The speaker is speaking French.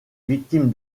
victimes